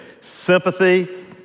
Sympathy